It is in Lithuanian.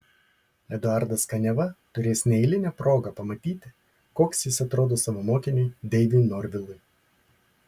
eduardas kaniava turės neeilinę progą pamatyti koks jis atrodo savo mokiniui deiviui norvilui